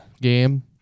game